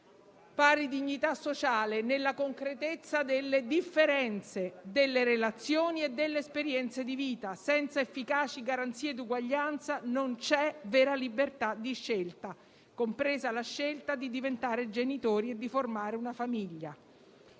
pari dignità sociale, nella concretezza delle differenze, delle relazioni e delle esperienze di vita. Senza efficaci garanzie di uguaglianza non c'è vera libertà di scelta, compresa la scelta di diventare genitori e di formare una famiglia.